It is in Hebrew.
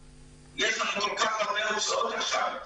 יש לנו כל כך הרבה הוצאות עכשיו,